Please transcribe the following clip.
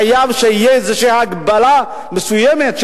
חייבת להיות הגבלה מסוימת,